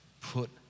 Put